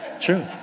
true